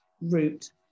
route